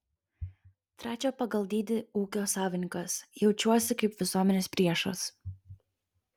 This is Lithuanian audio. trečio pagal dydį ūkio savininkas jaučiuosi kaip visuomenės priešas